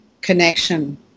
connection